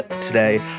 today